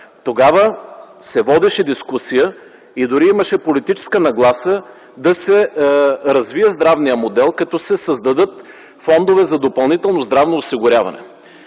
Тогава се водеше дискусия и дори имаше политическа нагласа да се развие здравният модел, като се създадат фондове за допълнително здравно осигуряване.